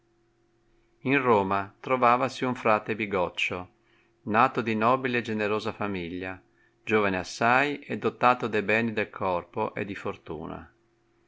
in roma trovavasi un frate bigoccio nato di nobile e generosa famiglia giovane assai e dotato de beni del corpo e di fortuna